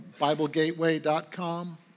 BibleGateway.com